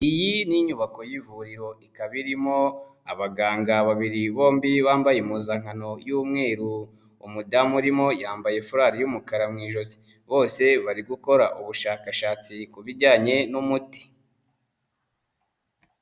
Iyi ni inyubako y'ivuriro ikaba irimo abaganga babiri bombi bambaye impuzankano y'umweru, umudamu urimo yambaye furari y'umukara mu ijosi. Bose bari gukora ubushakashatsi ku bijyanye n'umuti.